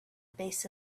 base